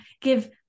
give